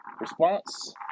response